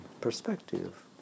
perspective